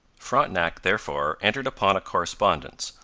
frontenac therefore entered upon a correspondence,